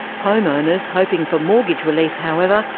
home owners hoping for mortgage relief, however,